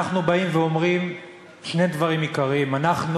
אנחנו באים ואומרים שני דברים עיקריים: אנחנו